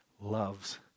loves